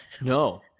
no